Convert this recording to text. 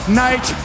night